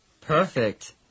Perfect